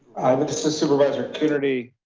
was just a supervisor community.